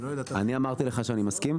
אני אמרתי לך שאני מסכים?